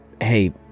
Hey